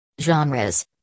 Genres